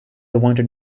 wanted